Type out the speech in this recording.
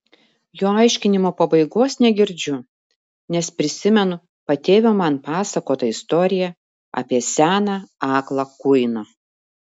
jo aiškinimo pabaigos negirdžiu nes prisimenu patėvio man pasakotą istoriją apie seną aklą kuiną